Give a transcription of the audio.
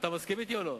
אתה מסכים אתי או לא?